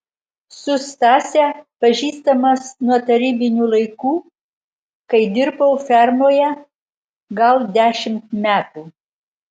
su stase pažįstamas nuo tarybinių laikų kai dirbau fermoje gal dešimt metų